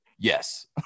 yes